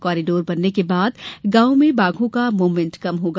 corridor बनने के बाद गांवो में बाघो का मूवमेंट कम होगा